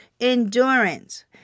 endurance